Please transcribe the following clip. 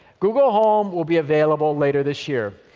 google home will be available later this year.